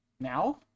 Now